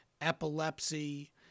epilepsy